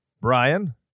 Brian